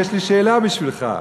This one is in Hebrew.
יש לי שאלה בשבילך.